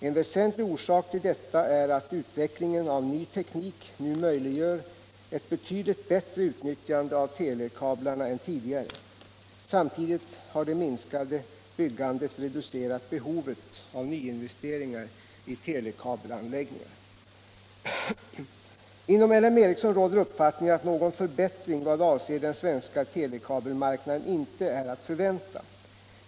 En väsentlig orsak till detta är att utveckling av ny teknik nu möjliggör ett betydligt bättre utnyttjande av telekablarna än tidigare. Samtidigt har det minskade byggandet reducerat behovet av nyinvesteringar i telekabelanläggningar. Inom L M Ericsson råder uppfattningen att någon förbättring, vad avser den svenska telekabelmarknaden inte är att förvänta.